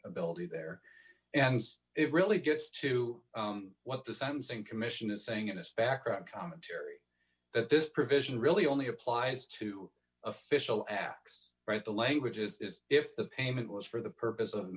ability there and it really gets to what the sentencing commission is saying in this background commentary that this provision really only applies to official acts right the language is if the payment was for the purpose of